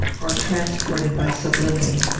or transported by sublimity.